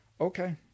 Okay